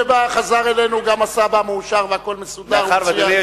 חזר אלינו גם הסבא המאושר והכול מסודר ומצוין.